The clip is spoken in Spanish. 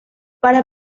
para